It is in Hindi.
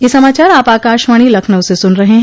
ब्रे क यह समाचार आप आकाशवाणी लखनऊ से सुन रहे हैं